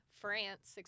France